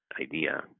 idea